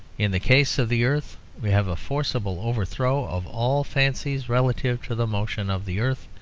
in the case of the earth we have a forcible overthrow of all fancies relative to the motion of the earth,